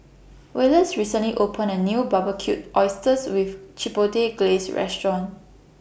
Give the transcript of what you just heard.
Wallace recently opened A New Barbecued Oysters with Chipotle Glaze Restaurant